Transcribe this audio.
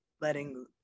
letting